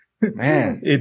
Man